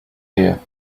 here